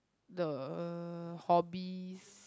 the hobbies